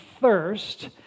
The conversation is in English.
thirst